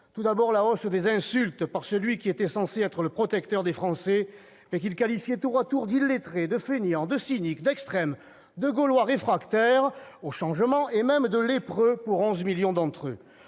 tout d'abord, la hausse des insultes par celui qui était censé être le protecteur des Français, qu'il qualifiait tour à tour d'« illettrés », de « fainéants », de « cyniques », d'« extrêmes », de « Gaulois réfractaires au changement » et même de « lépreux », pour 11 millions d'entre eux